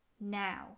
now